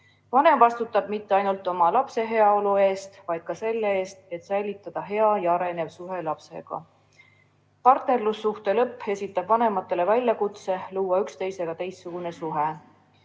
Vanem ei vastuta mitte ainult oma lapse heaolu eest, vaid ka selle eest, et säilitada hea ja arenev suhe lapsega. Partnerlussuhte lõpp esitab vanematele väljakutse luua üksteisega teistsugune suhe.